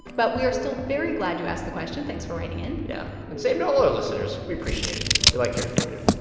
but we are still very glad you asked the question. thanks for writing in yeah, and same to all our listeners. we appreciate it. we like hearing from you